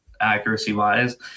accuracy-wise